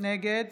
נגד